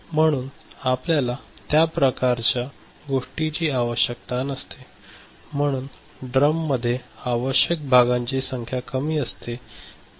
म्हणून आपल्याला त्या प्रकारच्या गोष्टीची आवश्यकता नाही परंतु ड्रममध्ये आवश्यक भागांची संख्या कमी असते